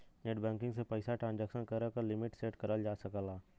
net banking से पइसा transaction करे क लिमिट सेट करल जा सकला